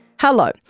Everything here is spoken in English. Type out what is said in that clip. Hello